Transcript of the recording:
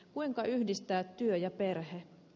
kuinka yhdistää työ ja perhe